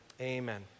Amen